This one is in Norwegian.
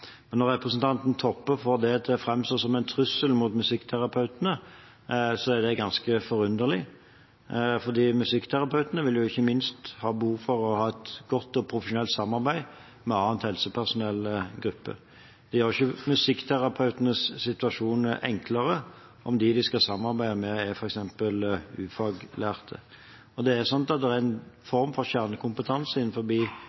Men når representanten Toppe får det til å framstå som en trussel mot musikkterapeutene, er det ganske forunderlig. Musikkterapeutene vil ikke minst ha behov for å ha et godt og profesjonelt samarbeid med andre helsepersonellgrupper. Det gjør ikke musikkterapeutenes situasjon enklere om de de skal samarbeide med, f.eks. er ufaglærte. Det er sånn at det er en form for kjernekompetanse